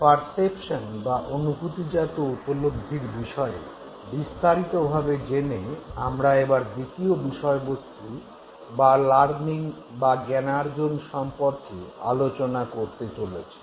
perception বা অনুভূতিজাত উপলদ্ধির বিষয়ে বিস্তারিত ভাবে জেনে আমরা এবার দ্বিতীয় বিষয়বস্তু বা লার্নিং বা জ্ঞানার্জন সম্পর্কে আলোচনা করতে চলেছি